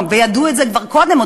וידעו את זה כבר קודם,